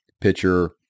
pitcher